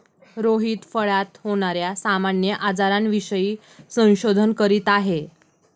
रोहित फळात होणार्या सामान्य आजारांविषयी संशोधन करीत आहे